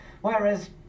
Whereas